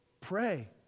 Pray